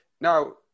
Now